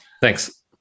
thanks